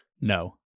no